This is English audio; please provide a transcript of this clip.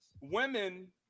women